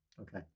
Okay